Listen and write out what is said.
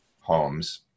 homes